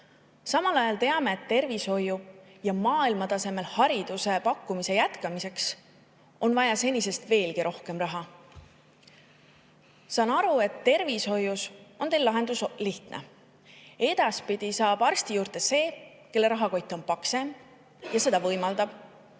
Samal ajal teame, et [arstiabi] ja maailma tasemel hariduse pakkumise jätkamiseks on vaja senisest veelgi rohkem raha. Saan aru, et tervishoius on teil lahendus lihtne: edaspidi saab arsti juurde see, kelle rahakott on paksem ja seda võimaldab,